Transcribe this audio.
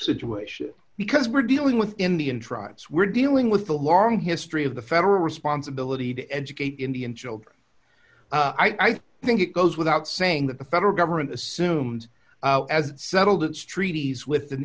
situation because we're dealing with indian tribes we're dealing with a long history of the federal responsibility to educate indian children i think i think it goes without saying that the federal government assumed as it settled its treaties with